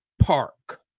park